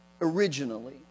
originally